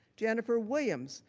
jennifer williams,